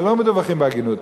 ולא מדווחים בהגינות,